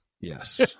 Yes